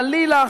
חלילה,